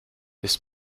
das